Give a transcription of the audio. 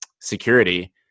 security